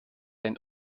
ein